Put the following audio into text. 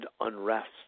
Unrest